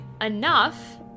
enough